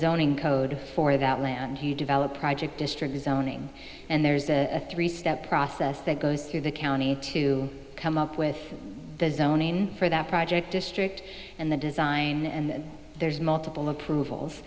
a code for that land you develop project district zoning and there's a three step process that goes through the county to come up with the zoning for that project district and the design and there's multiple approvals